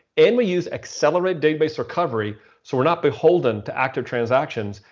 and we use accelerated database recovery so we're not beholden to active transactions,